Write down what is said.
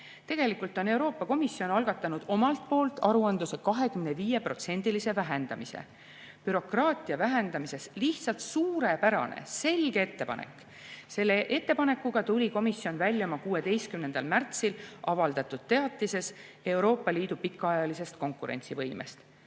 Tegelikult on Euroopa Komisjon algatanud aruandluse 25%-lise vähendamise. Bürokraatia vähendamine – lihtsalt suurepärane, selge ettepanek. Selle eesmärgiga tuli komisjon välja oma 16. märtsil avaldatud teatises Euroopa Liidu pikaajalisest konkurentsivõimest.